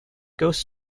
ghost